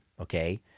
okay